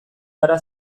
gara